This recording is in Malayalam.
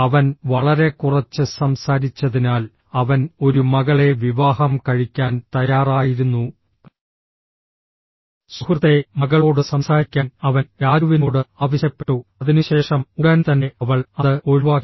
അവൻ വളരെ കുറച്ച് സംസാരിച്ചതിനാൽ അവൻ ഒരു മകളെ വിവാഹം കഴിക്കാൻ തയ്യാറായിരുന്നു സുഹൃത്തേ മകളോട് സംസാരിക്കാൻ അവൻ രാജുവിനോട് ആവശ്യപ്പെട്ടു അതിനുശേഷം ഉടൻ തന്നെ അവൾ അത് ഒഴിവാക്കി